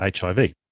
HIV